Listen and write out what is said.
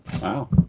Wow